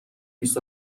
بیست